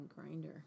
grinder